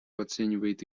оценивает